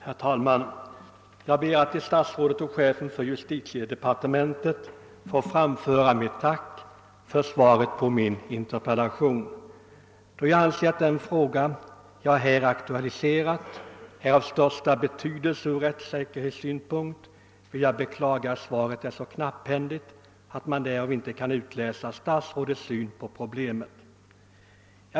Herr talman! Jag ber att till herr statsrådet och chefen för justitiedepartementet få framföra ett tack för svaret på min interpellation. Då jag anser att den fråga jag aktualiserat är av största betydelse från rättssäkerhetssynpunkt beklagar jag att svaret är så knapphändigt att man därur inte kan utläsa statsrådets syn på problemet.